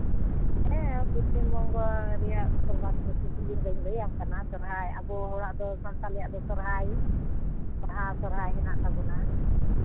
ᱦᱮᱸ ᱯᱚᱪᱷᱤᱢ ᱵᱚᱝᱜᱚ ᱨᱮᱭᱟᱜ ᱯᱚᱨᱵᱷᱟᱥ ᱠᱚ ᱠᱟᱹᱡ ᱤᱧ ᱞᱟᱹᱭ ᱟᱢ ᱠᱟᱱᱟ ᱥᱚᱨᱦᱟᱭ ᱟᱵᱚ ᱦᱚᱲᱟᱜ ᱫᱚ ᱥᱟᱱᱛᱟᱲᱤᱭᱟᱜ ᱫᱚ ᱥᱚᱨᱦᱟᱭ ᱵᱟᱦᱟ ᱥᱚᱨᱦᱟᱭ ᱦᱮᱱᱟᱜ ᱛᱟᱵᱚᱱᱟ